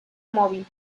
móvil